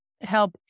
help